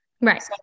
Right